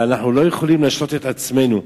אבל אנחנו לא יכולים להשלות את עצמנו.